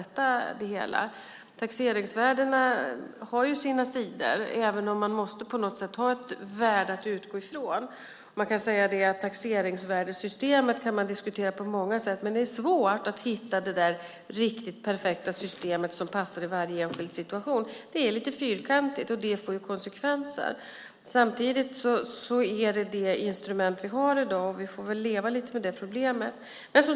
Taxeringsvärdena har ju sina sidor, men man måste ha ett värde att utgå ifrån. Taxeringsvärdessystemet kan man diskutera på många sätt, men det är svårt att hitta det riktigt perfekta systemet som passar i varje enskild situation. Det är lite fyrkantigt, och det får konsekvenser. Men det är det instrument vi har i dag. Vi får väl leva lite med det problemet.